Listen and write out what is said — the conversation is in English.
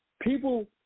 People